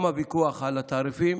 גם הוויכוח על התעריפים,